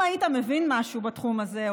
אם היית מבין משהו בתחום הזה,